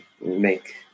make